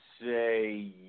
say